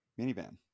minivan